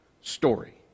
story